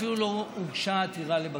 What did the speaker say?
אפילו לא הוגשה עתירה לבג"ץ.